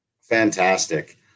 Fantastic